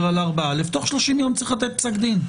על 4א תוך 30 יום צריך לתת פסק דין.